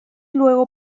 luego